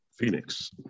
Phoenix